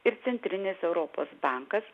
ir centrinis europos bankas